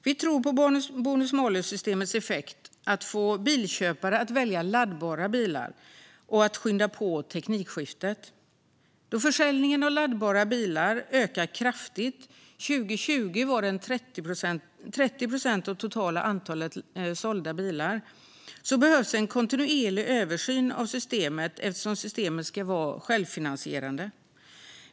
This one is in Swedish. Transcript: Vi tror på bonus-malus-systemets effekt att få bilköpare att välja laddbara bilar och att skynda på teknikskiftet. Då försäljningen av laddbara bilar ökar kraftigt - 2020 utgjorde de 30 procent av det totala antalet sålda bilar - behövs en kontinuerlig översyn av systemet, eftersom systemet ska vara självfinansierande.